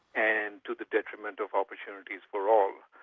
and to the detriment of opportunities for all.